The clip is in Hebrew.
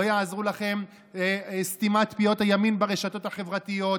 לא תעזור לכם סתימת פיות הימין ברשתות החברתיות,